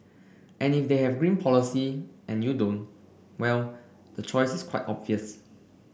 and if they have green policy and you don't well the choice is quite obvious